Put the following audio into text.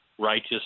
righteous